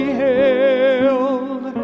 held